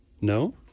No